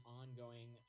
ongoing